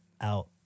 Out